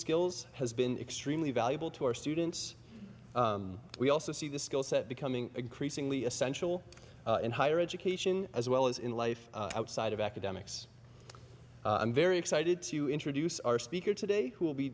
skills has been extremely valuable to our students we also see the skill set becoming increasingly essential in higher education as well as in life outside of academics i'm very excited to introduce our speaker today who will be